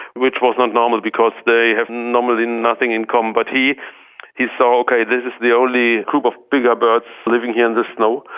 which was not normal because they have normally nothing in common. but he he saw, okay, this is the only group of bigger birds living here in the snow,